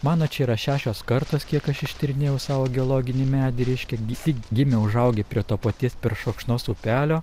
mano čia yra šešios kartos kiek aš ištyrinėjau savo geologinį medį reiškia visi gimę užaugę prie to paties peršokšnos upelio